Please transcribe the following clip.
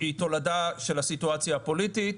היא תולדה של הסיטואציה הפוליטית.